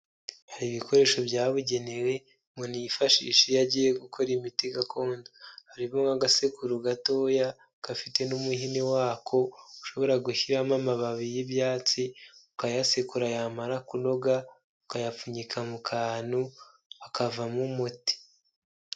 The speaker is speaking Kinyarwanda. Hari ibikoresho byabugenewe ngo umuntu yifashishe iyo agiye gukora imiti gakondo, harimo nk'agasekuru gatoya gafite n'umuhini wako ushobora gushyiramo amababi y'ibyatsi, ukayasekura yamara kunoga, ukayapfunyika mu kantu hakavamo umuti.